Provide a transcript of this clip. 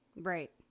Right